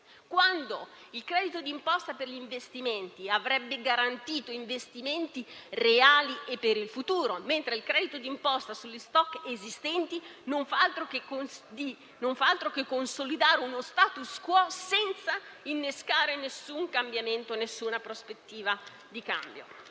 quando tale credito d'imposta avrebbe garantito investimenti reali e per il futuro, mentre il credito di imposta sugli *stock* esistenti non fa altro che consolidare uno *status quo*, senza innescare nessun cambiamento e nessuna prospettiva in tal